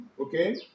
okay